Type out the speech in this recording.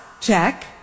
check